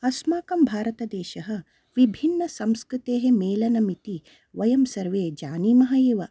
अस्माकं भारतदेशः विभिन्न संस्कृतेः मेलनम् इति वयं सर्वे जानिमः एव